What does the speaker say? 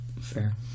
Fair